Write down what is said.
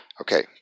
Okay